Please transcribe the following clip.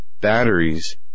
batteries